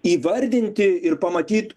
įvardinti ir pamatyt